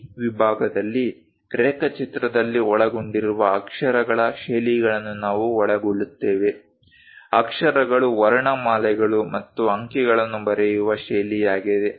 ಈ ವಿಭಾಗದಲ್ಲಿ ರೇಖಾಚಿತ್ರದಲ್ಲಿ ಒಳಗೊಂಡಿರುವ ಅಕ್ಷರಗಳ ಶೈಲಿಗಳನ್ನು ನಾವು ಒಳಗೊಳ್ಳುತ್ತೇವೆ ಅಕ್ಷರಗಳು ವರ್ಣಮಾಲೆಗಳು ಮತ್ತು ಅಂಕಿಗಳನ್ನು ಬರೆಯುವ ಶೈಲಿಯಾಗಿದೆ